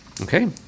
Okay